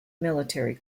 military